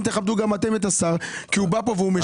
תכבדו את השר כי הוא בא לפה והוא משיב.